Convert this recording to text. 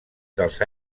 dels